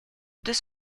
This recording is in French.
deux